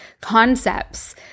concepts